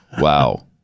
Wow